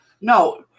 No